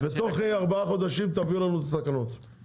תוך ארבעה חודשים תביאו את התקנות,